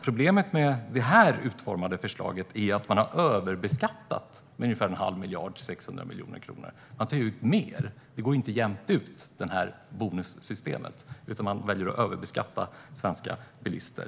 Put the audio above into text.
Problem med förslaget som det är utformat är att man har överbeskattat med ungefär en halv miljard eller 600 miljoner kronor. Man tar ut mer. Bonussystemet går inte jämnt ut, utan man väljer att överbeskatta svenska bilister.